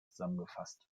zusammengefasst